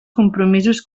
compromisos